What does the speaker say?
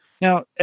Now